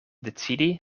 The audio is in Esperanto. decidi